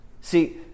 See